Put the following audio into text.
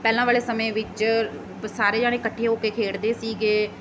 ਪਹਿਲਾਂ ਵਾਲੇ ਸਮੇਂ ਵਿੱਚ ਸਾਰੇ ਜਣੇ ਇਕੱਠੇ ਹੋ ਕੇ ਖੇਡਦੇ ਸੀਗੇ